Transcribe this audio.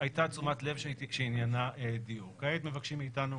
הייתה תשומת לב שעניינה דיור, כעת מבקשים מאיתנו